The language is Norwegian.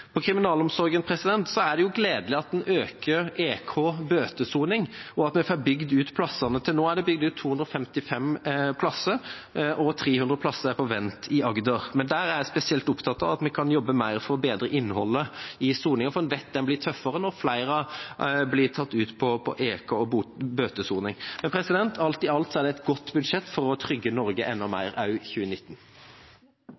på vent i Agder. Men der er jeg spesielt opptatt av at vi kan jobbe mer for å bedre innholdet i soningen, for vi vet at den blir tøffere når flere blir tatt ut på EK og bøtesoning. Alt i alt er det et godt budsjett for å trygge Norge enda